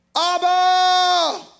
Abba